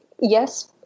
yes